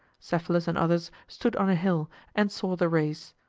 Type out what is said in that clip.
cephalus and others stood on a hill and saw the race.